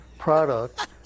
product